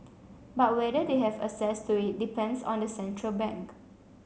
but whether they have access to it depends on the central bank